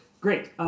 Great